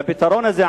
והפתרון הזה,